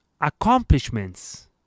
accomplishments